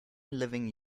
living